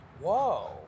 Whoa